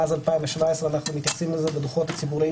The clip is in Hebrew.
מאז 2017 אנחנו מתייחסים לזה בדוחות הציבוריים